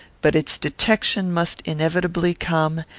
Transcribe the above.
but its detection must inevitably come,